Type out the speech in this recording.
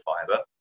fiber